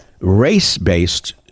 race-based